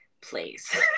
please